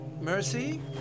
Mercy